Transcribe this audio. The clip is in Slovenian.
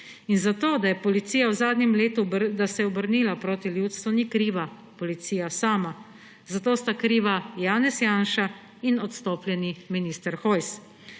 njo. Da se je policija v zadnjem letu obrnila proti ljudstvu, ni kriva policija sama. Za to sta kriva Janez Janša in odstopljeni minister Hojs.